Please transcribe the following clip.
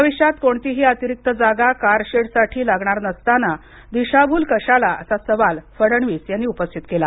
भविष्यात कोणतीही अतिरिक्त जागा कारशेडसाठी लागणार नसताना दिशाभूल कशाला असा सवाल फडणवीस यांनी उपस्थित केला